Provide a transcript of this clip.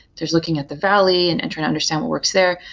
there's looking at the valley and enter and understand what works there.